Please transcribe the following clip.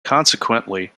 consequently